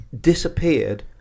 disappeared